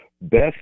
Best